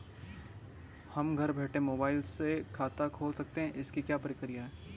क्या हम घर बैठे मोबाइल से खाता खोल सकते हैं इसकी क्या प्रक्रिया है?